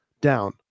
down